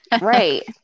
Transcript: Right